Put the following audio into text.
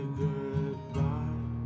goodbye